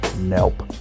nope